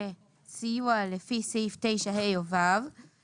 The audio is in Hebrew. שקיבל סיוע ברכישת דירה ראשונה או בהחלפת הדירה,